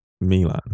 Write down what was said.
Milan